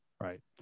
right